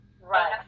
right